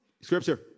Scripture